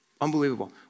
Unbelievable